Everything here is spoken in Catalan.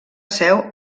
seu